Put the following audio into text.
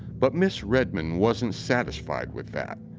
but miss redmond wasn't satisfied with that.